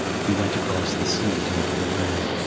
he went across the sea to another land,